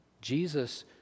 Jesus